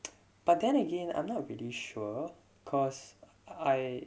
but then again I'm not really sure cause I